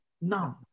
None